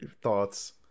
thoughts